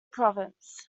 province